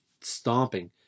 stomping